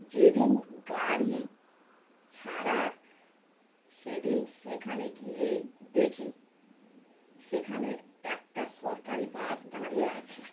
যেদিন গাড়ি ছাড়ার সেদিন সেখানে গিয়ে দেখি সেখানে একটা সরকারি বাস দাঁড়িয়ে আছে